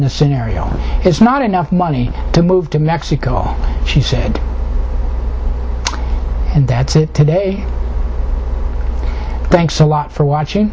the scenario it's not enough money to move to mexico she said and that's today thanks a lot for watching